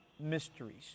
mysteries